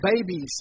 babies